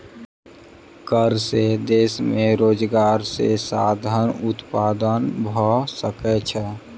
कर से देश में रोजगार के साधन उत्पन्न भ सकै छै